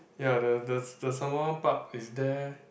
ya the the the Sembawang park is there